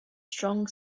strong